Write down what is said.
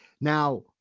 Now